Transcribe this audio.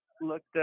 looked